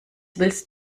willst